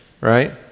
right